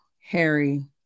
Harry